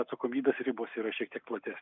atsakomybės ribos yra šiek tiek platesnės